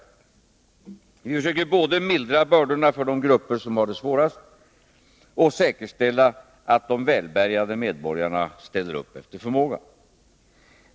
Vi försöker både mildra bördorna för de grupper som har det svårast och säkerställa att de välbärgade medborgarna ställer upp efter förmåga.